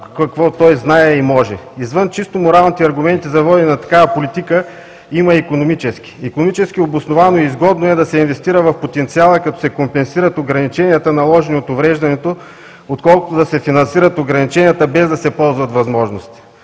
какво той знае и може. Извън чисто моралните аргументи да водим такава политика, има икономически. Икономически обосновано и изгодно е да се инвестира в потенциала като се компенсират ограниченията, наложени от увреждането, отколкото да се финансират ограниченията без да се ползват възможностите.